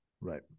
Right